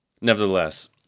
Nevertheless